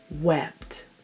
wept